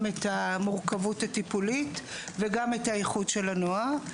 את המורכבות הטיפולית וגם את האיחוד של הנוער.